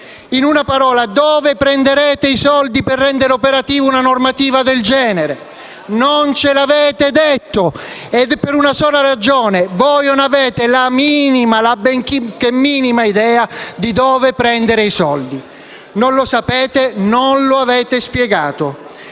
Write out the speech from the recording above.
ancora detto dove prenderete i soldi per rendere operativa una normativa del genere. Non ce l'avete detto per una sola ragione: voi non avete la benché minima idea di dove prendere i soldi. Non lo sapete e non lo avete spiegato.